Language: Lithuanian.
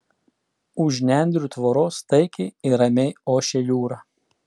už nendrių tvoros taikiai ir ramiai ošė jūra